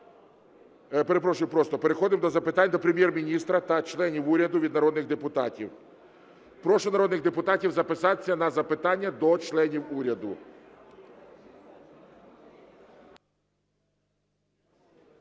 переходимо до запитань до Прем'єр-міністра та членів уряду від народних депутатів. Прошу народних депутатів записатися на запитання до членів уряду.